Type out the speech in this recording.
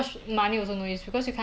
then very tired leh 妹